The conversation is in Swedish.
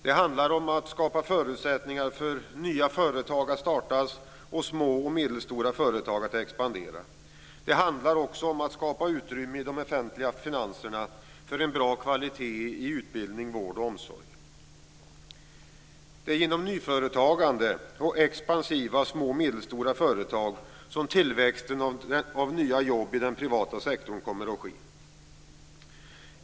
Det handlar om att skapa förutsättningar för nya företag att startas och för små och medelstora företag att expandera. Det handlar också om att skapa utrymme i de offentliga finanserna för en god kvalitet i utbildning, vård och omsorg. Det är genom nyföretagande och expansiva små och medelstora företag som tillväxten av nya jobb i den privata sektorn kommer att ske.